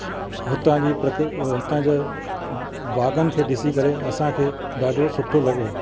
हुतां जी प्रकृ हुतां जा बागनि खे ॾिसी करे असांखे ॾाढो सुठो लॻो